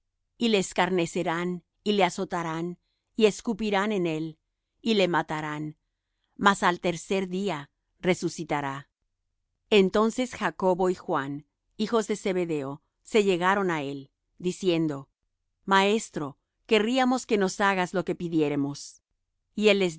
y le escarnecerán y le azotarán y escupirán en él y le matarán mas al tercer día resucitará entonces jacobo y juan hijos de zebedeo se llegaron á él diciendo maestro querríamos que nos hagas lo que pidiéremos y